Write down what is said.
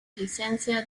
licencia